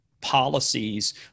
policies